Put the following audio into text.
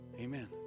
Amen